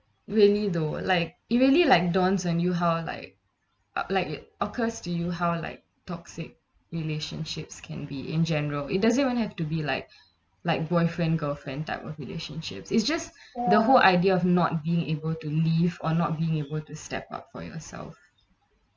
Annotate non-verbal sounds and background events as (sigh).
really though like it really like dawns on you how like uh like it occurs to you how like toxic relationships can be in general it doesn't even have to be like (breath) like boyfriend girlfriend type of relationship it's just (breath) the whole idea of not being able to leave or not being able to step up for yourself